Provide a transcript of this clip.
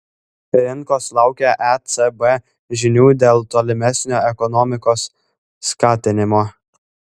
rinkos laukia ecb žinių dėl tolimesnio ekonomikos skatinimo